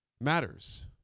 matters